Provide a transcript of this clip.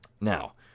Now